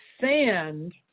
sand